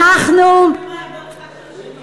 אחד של השני.